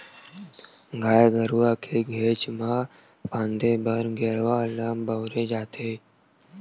गाय गरुवा के घेंच म फांदे बर गेरवा ल बउरे जाथे